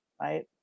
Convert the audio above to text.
right